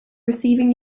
receiving